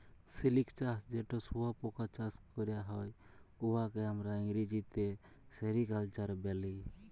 সিলিক চাষ যেট শুঁয়াপকা চাষ ক্যরা হ্যয়, উয়াকে আমরা ইংরেজিতে সেরিকালচার ব্যলি